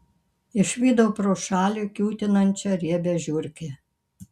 išvydau pro šalį kiūtinančią riebią žiurkę